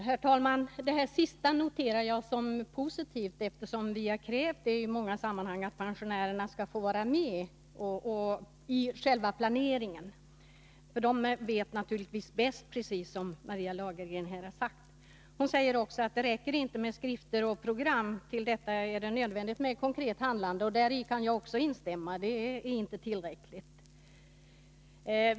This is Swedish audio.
Herr talman! Detta sista noterar jag som positivt eftersom vi i många sammanhang krävt att pensionärerna skall få vara med i själva planeringen. De vet naturligtvis bäst, precis som Maria Lagergren här sagt. Hon säger att det inte räcker med skrifter och program, utan att det också är nödvändigt med konkret handling. Däri kan också jag instämma.